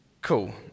Cool